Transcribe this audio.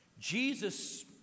Jesus